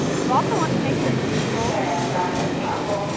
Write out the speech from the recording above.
you also want to make sure your controls and images are labeled.